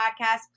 podcast